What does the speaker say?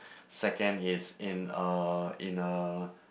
second is in uh in a